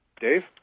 Dave